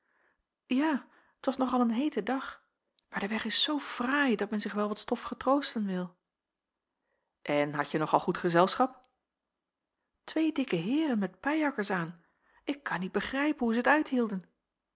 ja t was nog al een heete dag maar de weg is zoo fraai dat men zich wel wat stof getroosten wil en hadje nog al goed gezelschap twee dikke heeren met pijjakkers aan ik kan niet begrijpen hoe zij t uithielden